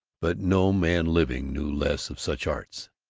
but no man living knew less of such arts.